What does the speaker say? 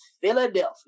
Philadelphia